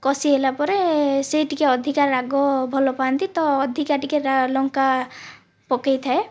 କଷି ହେଲା ପରେ ସିଏ ଟିକିଏ ଅଧିକ ରାଗ ଭଲପାଆନ୍ତି ତ ଅଧିକ ଟିକିଏ ଲଙ୍କା ପକାଇଥାଏ